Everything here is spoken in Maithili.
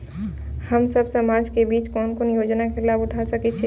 हम सब समाज के बीच कोन कोन योजना के लाभ उठा सके छी?